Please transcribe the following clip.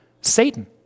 Satan